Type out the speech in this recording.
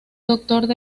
doctor